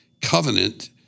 covenant